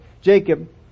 Jacob